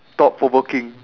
thought provoking